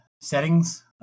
settings